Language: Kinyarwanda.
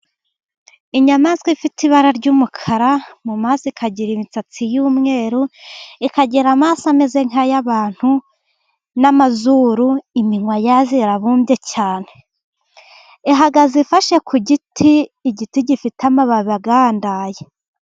Inyamaswa ifite ibara ry'umukara, mu maso ikagira imisatsi y'umweru, ikagira amaso ameze nk'ay'abantu n'amazuru, iminwa yibumbabumbye cyane, ihagaze ifashe ku giti, igiti gifite amababi agandaye.